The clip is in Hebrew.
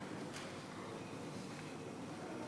ההצעה להעביר את הנושא לוועדת העבודה,